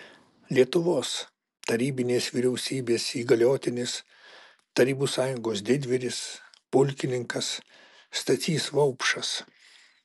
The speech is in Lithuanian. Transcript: lietuvos tarybinės vyriausybės įgaliotinis tarybų sąjungos didvyris pulkininkas stasys vaupšas